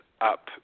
up